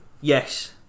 Yes